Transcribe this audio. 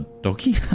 doggy